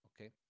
Okay